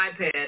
iPad